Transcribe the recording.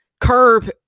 curb